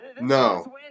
no